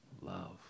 love